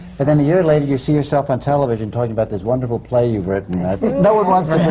and then a year later you see yourself on television, talking about this wonderful play you've written, and i think, no one wants